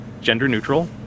gender-neutral